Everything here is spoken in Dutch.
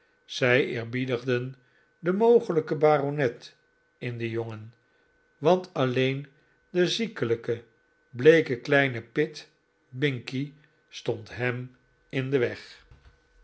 zij eerbiedigden den mogelijken baronet in den jongen want alleen de ziekelijke bleeke kleine pitt binkie stond hem in den weg